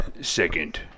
second